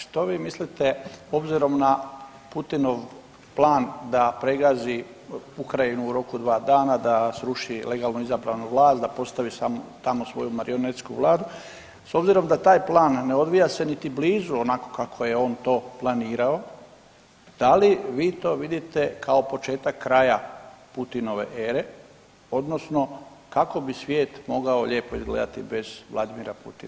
Što vi mislite obzirom na Putinov plan da pregazi Ukrajinu u roku od 2 dana, da sruši legalno izabranu vlast, da postavi tamo svoju marionetsku vladu s obzirom da taj plan ne odvija se niti blizu onako kako je on to planirao, da li vi to vidite kao početak kraja Putinove ere odnosno kako bi svijet mogao lijepo izgledati bez Vladimira Putina?